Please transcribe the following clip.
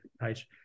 page